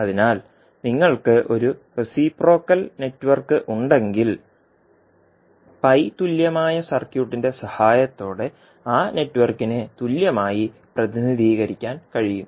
അതിനാൽ നിങ്ങൾക്ക് ഒരു റെസിപ്രോക്കൽ നെറ്റ്വർക്ക് ഉണ്ടെങ്കിൽ പൈ തുല്യമായ സർക്യൂട്ടിന്റെ സഹായത്തോടെ ആ നെറ്റ്വർക്കിനെ തുല്യമായി പ്രതിനിധീകരിക്കാൻ കഴിയും